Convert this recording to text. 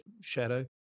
shadow